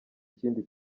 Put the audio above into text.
ikindi